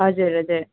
हजुर हजुर